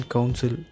Council